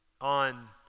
on